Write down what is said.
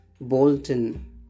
Bolton